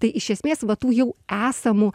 tai iš esmės va tų jau esamų